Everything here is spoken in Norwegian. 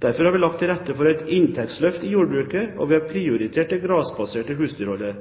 Derfor har vi lagt til rette for et inntektsløft i jordbruket, og vi har prioritert det grasbaserte husdyrholdet.